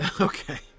okay